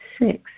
six